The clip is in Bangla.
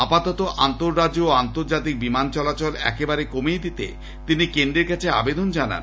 আপাতত আন্তঃরাজ্য ও আন্তর্জাতিক বিমান চলাচল একেবারে কমিয়ে দিতে তিনি কেন্দ্রের কাছে আবেদন জানান